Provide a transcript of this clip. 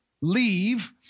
leave